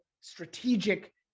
strategic